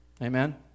Amen